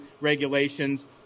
regulations